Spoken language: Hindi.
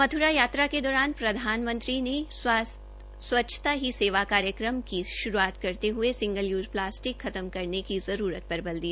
मथुरा यात्रा के दौरान प्रधानमंत्री ने स्वच्छता ही सेवा कार्यक्रम की शुरूआत करते हये सिंगल यूज प्लास्टिक करने की जरूरत पर बल दिया